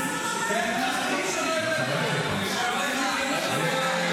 --- אתם תלמדו אותנו מה זאת רמה?